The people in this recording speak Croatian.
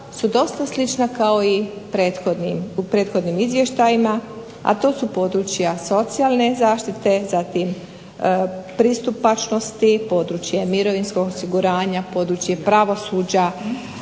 su dosta slična kao i u prethodnim izvještajima, a to su područja socijalne zaštite, zatim pristupačnosti, područje mirovinskog osiguranja, područje pravosuđa